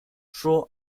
true